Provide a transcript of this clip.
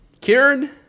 Kieran